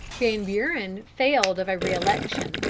van buren failed of a re-election,